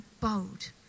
bold